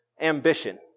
ambition